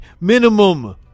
minimum